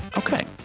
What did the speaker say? ok,